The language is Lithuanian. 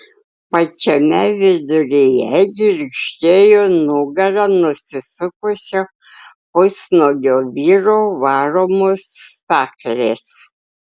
pačiame viduryje girgždėjo nugara nusisukusio pusnuogio vyro varomos staklės